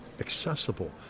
accessible